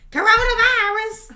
Coronavirus